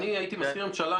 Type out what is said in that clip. אני הייתי מזכיר הממשלה,